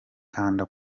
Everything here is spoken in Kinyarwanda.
kanda